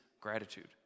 gratitude